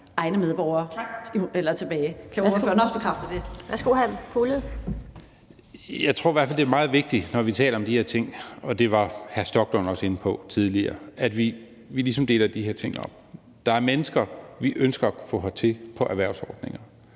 Mads Fuglede (V): Jeg tror i hvert fald, det er meget vigtigt, når vi taler om de her ting, og det var hr. Rasmus Stoklund også inde på tidligere, at vi ligesom deler de her ting op. Der er mennesker, vi ønsker at få hertil på erhvervsordninger,